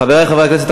חברי חברי הכנסת,